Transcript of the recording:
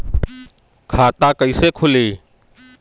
खाता कइसे खुली?